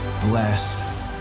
bless